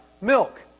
milk